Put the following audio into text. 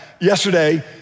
yesterday